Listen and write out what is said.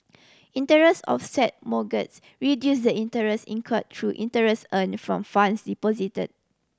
interest offset mortgages reduce the interest incur through interest earn from funds deposited